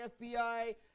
FBI